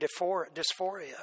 dysphoria